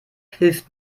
hilft